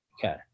Okay